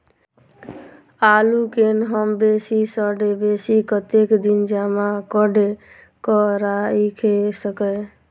आलु केँ हम बेसी सऽ बेसी कतेक दिन जमा कऽ क राइख सकय